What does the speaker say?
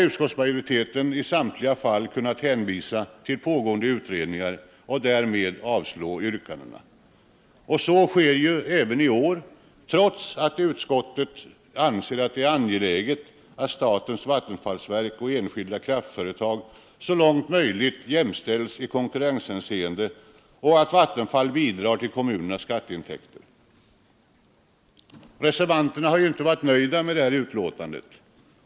Utskottsmajoriteten har då i samtliga fall kunnat hänvisa till pågående utredningar och därmed avslå yrkandena. Så sker även i år trots att utskottet anser att det är angeläget att statens vattenfallsverk och enskilda kraftföretag så långt möjligt jämställs i konkurrenshänseende och att Vattenfall bidrar till kommunernas skatteintäkter. Reservanterna har inte varit nöjda med detta betänkande.